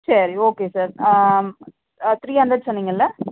சரி okay sir three hundred சொன்னிங்கள்லே